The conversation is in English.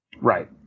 Right